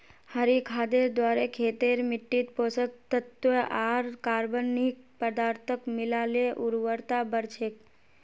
हरी खादेर द्वारे खेतेर मिट्टित पोषक तत्त्व आर कार्बनिक पदार्थक मिला ल उर्वरता बढ़ छेक